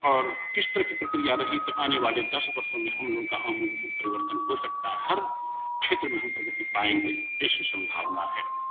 और इस तरह की प्रक्रिया रही तो आने वाले दस वर्षों में हम लोगों का आमूल परिवर्तन हो सकता है हर क्षेत्र में हम प्रगति पाएँगे ऐसी संभावना है